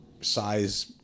size